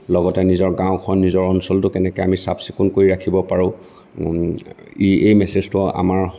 লগতে নিজৰ গাওঁখন নিজৰ অঞ্চলটো কেনেকৈ আমি চাফচিকুণকৈ ৰাখিব পাৰোঁ ই এই মেছেজটো আমাৰ